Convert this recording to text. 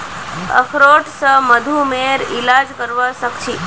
अखरोट स मधुमेहर इलाज करवा सख छी